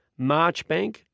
Marchbank